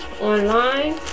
online